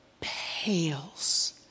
pales